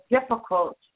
difficult